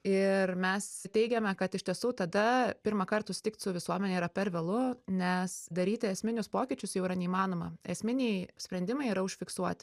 ir mes teigiame kad iš tiesų tada pirmąkart susitikt su visuomene yra per vėlu nes daryti esminius pokyčius jau yra neįmanoma esminiai sprendimai yra užfiksuoti